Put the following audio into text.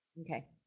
okay